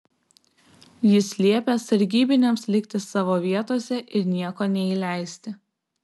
jis liepė sargybiniams likti savo vietose ir nieko neįleisti